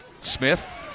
Smith